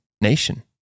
nation